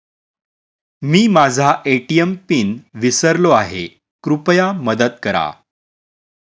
मी माझा ATM PIN विसरलो आहे, कृपया मदत करा